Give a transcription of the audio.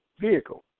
vehicle